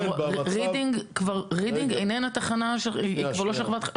אבל רידינג היא כבר לא תחנה של חברת החשמל.